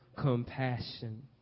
compassion